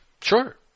Sure